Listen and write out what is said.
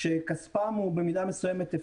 זאת הארכה אחרונה.